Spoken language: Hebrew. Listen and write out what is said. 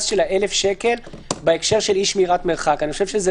של 1,000 שקל בהקשר של אי-שמירת מרחק.